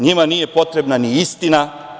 NJima nije potrebna ni istina.